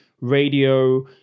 radio